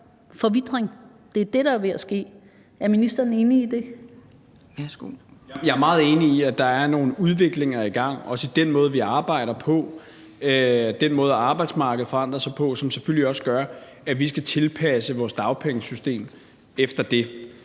Beskæftigelsesministeren (Peter Hummelgaard): Jeg er meget enig i, at der er nogle udviklinger i gang, også i den måde, vi arbejder på, og den måde, arbejdsmarkedet forandrer sig på, som selvfølgelig også gør, at vi skal tilpasse vores dagpengesystem efter det.